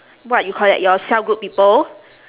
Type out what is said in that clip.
what you call that your cell group people